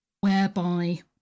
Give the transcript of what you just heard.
whereby